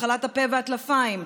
מחלת הפה והטלפיים,